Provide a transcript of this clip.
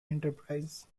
enterprise